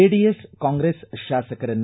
JDS Congress ಶಾಸಕರನ್ನು